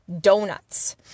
donuts